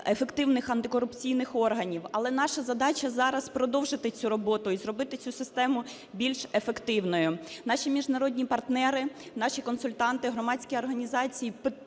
ефективних антикорупційних органів. Але наша задача зараз – продовжити цю роботу і зробити цю систему більш ефективною. Наші міжнародні партнери, наші консультанти, громадські організації